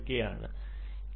ഇതാണ് ബാൻഡ്